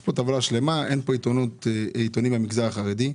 יש פה טבלה שלמה ואין פה עיתונים מהמגזר החרדי.